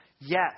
Yes